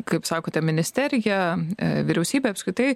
kaip sakote ministerija vyriausybė apskritai